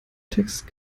text